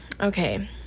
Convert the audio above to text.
Okay